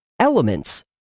elements